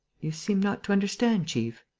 you seem not to understand, chief?